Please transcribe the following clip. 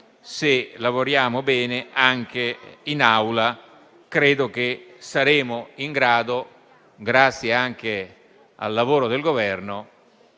se lavoriamo bene, anche in Assemblea credo che saremo in grado, grazie anche al lavoro del Governo,